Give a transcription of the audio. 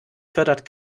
fördert